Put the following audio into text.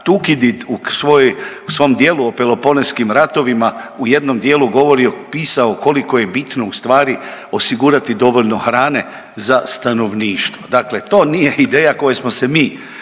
Tukidid u svom djelu o Peloponeskim ratovima u jednom dijelu govorio, pisao koliko je bitno ustvari osigurati dovoljno hrane za stanovništvo. Dakle, to nije ideja kojoj smo se mi